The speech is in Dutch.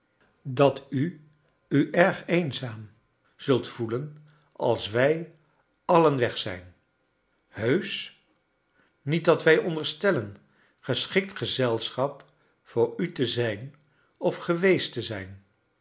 dat i u erg eenzaam zult voelen als wij alien weg zijn heusch rniet dat wij onderstellen geschikt gezelschap voor u te zijn of geweest te zijn